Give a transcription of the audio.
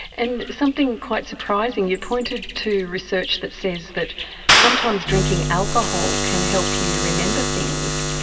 and something quite surprising, you pointed to research that says that sometimes drinking alcohol can help you remember things.